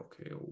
okay